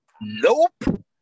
Nope